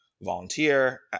volunteer